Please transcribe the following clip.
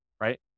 right